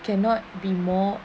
cannot be more